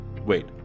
Wait